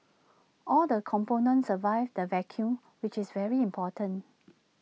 all the components survived the vacuum which is very important